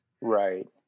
Right